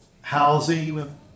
housing